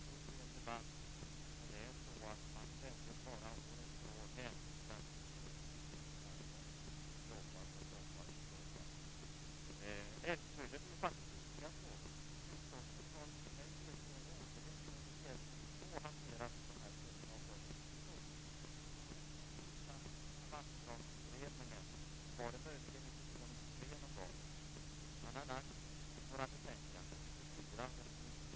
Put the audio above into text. Vänsterpartiet har tidigare hävdat att det kommunala vetot ska gälla fullt ut. Men vi har också insett problematiken i vissa frågor. Den nya miljöbalken bygger på en överenskommelse mellan s, v och mp. Där görs vissa inskränkningar av det kommunala planmonopolet när det t.ex. gäller större järnvägsprojekt.